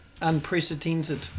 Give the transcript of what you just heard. unprecedented